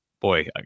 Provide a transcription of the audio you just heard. boy